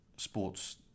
sports